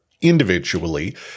individually